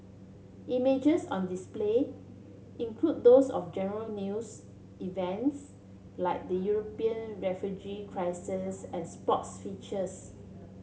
images on display include those of general news events like the European refugee crisis and sports features